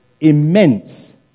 immense